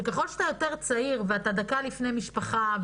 שככל שאתה יותר צעיר ואתה דקה לפני משפחה,